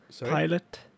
pilot